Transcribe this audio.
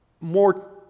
more